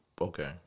Okay